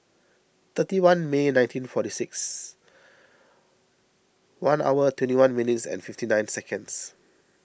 thirty one May nineteen forty six one hour twenty one minutes fifty nine seconds